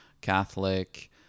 Catholic